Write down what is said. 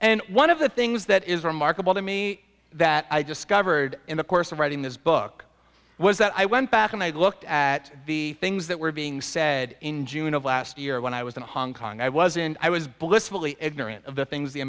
and one of the things that is remarkable to me that i discovered in the course of writing this book was that i went back and i looked at the things that were being said in june of last year when i was in hong kong i was in i was blissfully ignorant of the things the